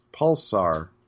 pulsar